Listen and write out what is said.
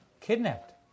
kidnapped